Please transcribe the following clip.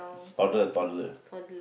toddler toddler